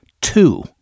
two